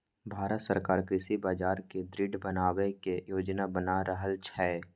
भांरत सरकार कृषि बाजार कें दृढ़ बनबै के योजना बना रहल छै